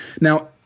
Now